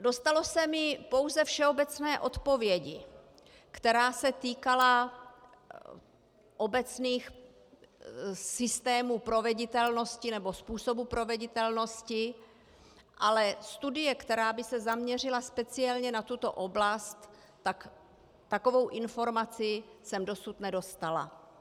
Dostalo se mi pouze všeobecné odpovědi, která se týkala obecných systémů proveditelnosti, nebo způsobů proveditelnosti, ale studie, která by se zaměřila speciálně na tuto oblast, takovou informaci jsem dosud nedostala.